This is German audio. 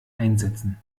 einsetzen